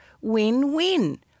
Win-win